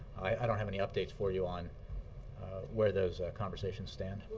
i don't have any updates for you on where those conversations stand.